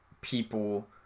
people